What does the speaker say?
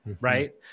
Right